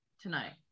tonight